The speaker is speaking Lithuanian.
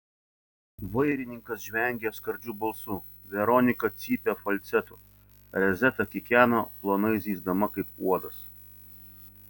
vairininkas žvengė skardžiu balsu veronika cypė falcetu rezeta kikeno plonai zyzdama kaip uodas